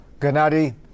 Gennady